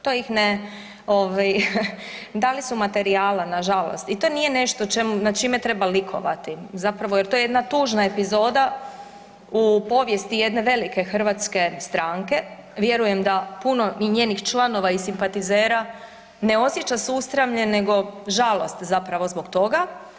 To ih ne, ovaj dali su materijala nažalost i to nije nešto o čemu, nad čime treba likovati, zapravo jer to je jedna tužna epizoda u povijesti jedne velike hrvatske stranke, vjerujem da puno i njenih članova i simpatizera ne osjeća susramlje nego žalost zapravo zbog toga.